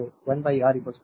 तो इसीलिए G i v सही है